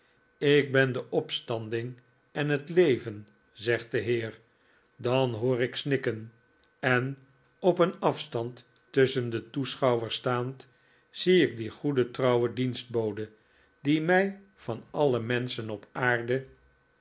ik ben de opstanding en het leiden zegt de heer dan hoor ik snikken op een afstand tusschen de toeschouirers staand zie ik die goede trouwe dienstbode die mij van alle menschen op aarde